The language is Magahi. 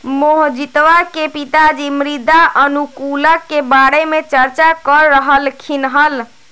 मोहजीतवा के पिताजी मृदा अनुकूलक के बारे में चर्चा कर रहल खिन हल